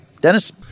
Dennis